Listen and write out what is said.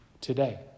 today